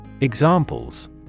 Examples